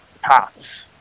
paths